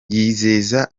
yizeza